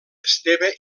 esteve